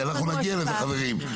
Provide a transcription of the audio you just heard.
אנחנו נגיע לזה חברים.